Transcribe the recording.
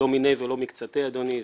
לא מניה ולא מקצתיה, אדוני.